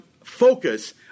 focus